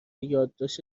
یادداشت